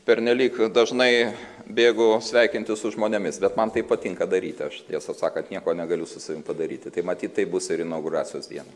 pernelyg dažnai bėgu sveikintis su žmonėmis bet man tai patinka daryti aš tiesą sakant nieko negaliu su savim padaryti tai matyt taip bus ir inauguracijos dieną